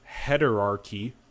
heterarchy